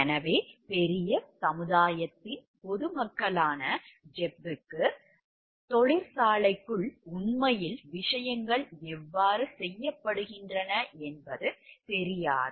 எனவே பெரிய சமுதாயத்தின் பொதுமக்களான ஜெப் க்கு தொழிற்சாலைக்குள் உண்மையில் விஷயங்கள் எவ்வாறு செய்யப்படுகின்றன என்பது தெரியாது